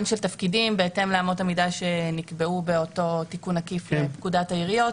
של תפקידים בהתאם לאמות המידה שנקבעו באותו תיקון עקיף לפקודת העיריות,